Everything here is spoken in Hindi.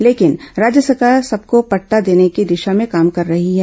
लेकिन राज्य सरकार सबको पट्टा देने की दिशा में काम कर रही है